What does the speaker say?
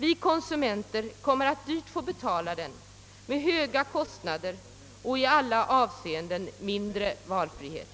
Vi konsumenter kommer att dyrt få betala den med höga kostnader och en i alla avseenden mindre valfrihet.